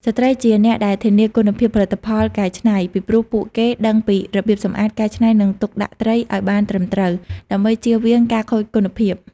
ស្ត្រីជាអ្នកដែលធានាគុណភាពផលិតផលកែច្នៃ ពីព្រោះពួកគេដឹងពីរបៀបសម្អាត កែច្នៃ និងទុកដាក់ត្រីឲ្យបានត្រឹមត្រូវ ដើម្បីជៀសវាងការខូចគុណភាព។